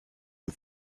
you